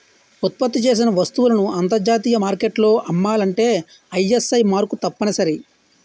ఉత్పత్తి చేసిన వస్తువులను అంతర్జాతీయ మార్కెట్లో అమ్మాలంటే ఐఎస్ఐ మార్కు తప్పనిసరి